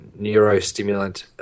neurostimulant